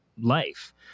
life